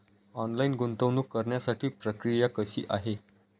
Online गुंतवणूक करण्यासाठी प्रक्रिया कशी आहे?